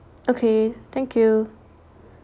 okay thank you